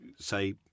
say